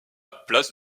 place